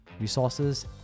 resources